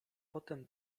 potem